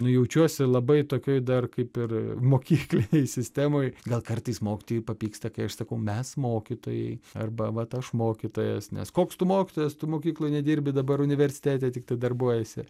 nu jaučiuosi labai tokioj dar kaip ir mokyklinėj sistemoj gal kartais mokytojai papyksta kai aš sakau mes mokytojai arba vat aš mokytojas nes koks tu mokytojas tu mokykloj nedirbi dabar universitete tiktai darbuojiesi